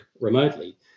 remotely